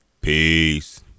peace